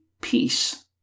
peace